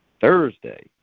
Thursday